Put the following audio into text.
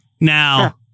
Now